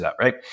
right